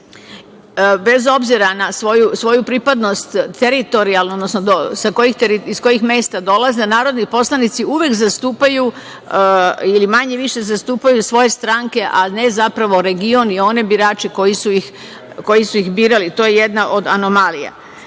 bez obzira na svoju pripadnost teritorijalno, odnosno iz kojih mesta dolaze narodni poslanici uvek zastupaju ili manje-više zastupaju svoje stranke, a ne zapravo region i one birače koji su ih birali. To je jedna od anomalija.